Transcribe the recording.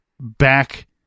back